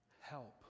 Help